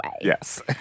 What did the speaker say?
Yes